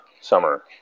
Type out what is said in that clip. summer